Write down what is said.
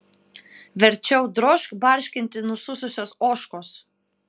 verčiau drožk barškinti nusususios ožkos